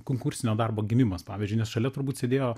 konkursinio darbo gynimas pavyzdžiui nes šalia turbūt sėdėjo